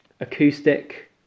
Acoustic